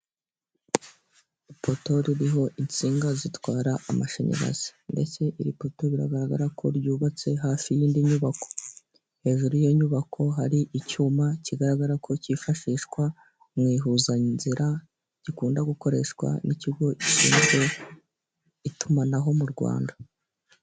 Ipoto ririho insinga zitwara amashanyarazi ndetse iri poto biragaragara ko ryubatse hafi y'indi nyubako, hejuru y'iyo nyubako hari icyuma kigaragara ko cyifashishwa mu ihuzanzira gikunda gukoreshwa n'ikigo gishinzwe itumanaho mu Rwanda.